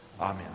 Amen